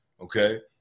okay